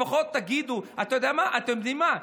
לפחות תגידו, אתם יודעים מה?